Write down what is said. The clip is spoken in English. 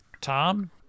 Tom